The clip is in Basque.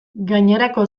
gainerako